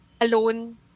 alone